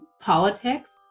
politics